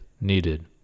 needed